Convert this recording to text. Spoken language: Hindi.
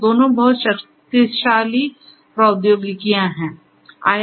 दोनों बहुत शक्तिशाली प्रौद्योगिकियां हैं